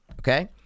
okay